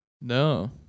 No